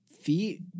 feet